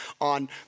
on